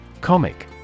Comic